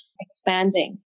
expanding